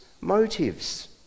motives